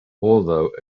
although